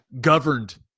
governed